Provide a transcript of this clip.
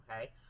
Okay